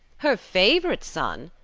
her favorite son!